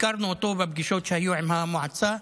הכרנו אותו בפגישות שהיו עם המועצה,